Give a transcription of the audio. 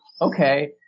okay